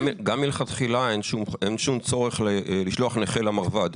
גם מלכתחילה אין שום צורך לשלוח נכה למרב"ד.